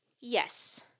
Yes